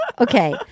Okay